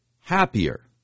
happier